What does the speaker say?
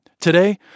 Today